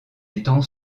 étend